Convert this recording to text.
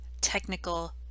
technical